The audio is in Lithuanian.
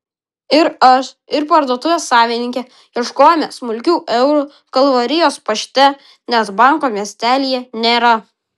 ir aš ir parduotuvės savininkė ieškojome smulkių eurų kalvarijos pašte nes banko miestelyje nėra